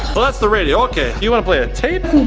well that's the radio, okay. you want to play a tape?